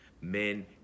men